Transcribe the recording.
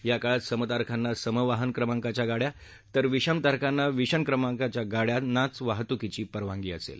या काळात सम तारखाती सम वाहन क्रमाळीच्या गाड्या तर विषम तारखाती विषम क्रमांक्रिच्या गाड्यातीचे वाहतूकीची परवानगी असेल